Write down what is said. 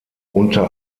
unter